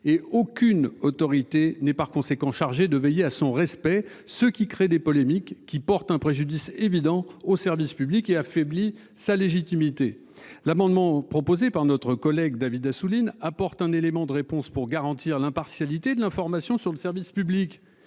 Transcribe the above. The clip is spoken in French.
et aucune autorité n'est par conséquent chargé de veiller à son respect. Ce qui crée des polémiques qui porte un préjudice évident au service public et affaiblit sa légitimité. L'amendement proposé par notre collègue David Assouline apporte un élément de réponse pour garantir l'impartialité de l'information sur le service public.